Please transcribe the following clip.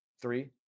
Three